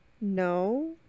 No